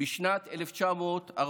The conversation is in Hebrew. בשנת 1940,